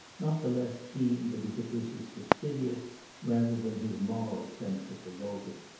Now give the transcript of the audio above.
not the less keen because it was his fastidious rather than his moral sense that revolted.